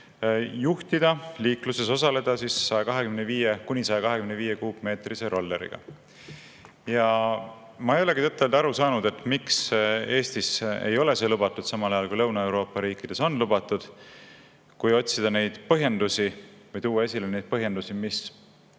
tegemata liikluses osaleda kuni 125-kuubikulise rolleriga. Ma ei olegi tõtt-öelda aru saanud, miks Eestis ei ole see lubatud, samal ajal kui Lõuna-Euroopa riikides on lubatud. Kui otsida neid põhjendusi, tuua esile neid põhjendusi, mis